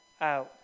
out